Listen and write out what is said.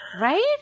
right